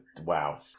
Wow